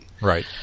Right